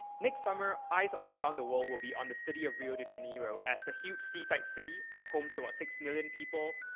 next summer, eyes all around the world will be on the city of rio de janeiro as the huge seaside city, home to about six million people,